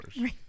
Right